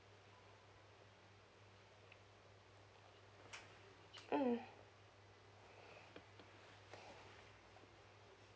mm